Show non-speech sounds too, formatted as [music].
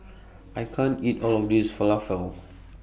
I can't eat All of This Falafel [noise]